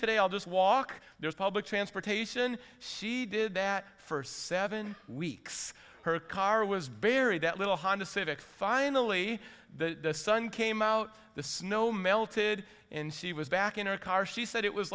today i'll just walk there's public transportation she did that for seven weeks her car was buried that little honda civic finally the sun came out the snow melted in she was back in her car she said it was